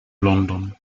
london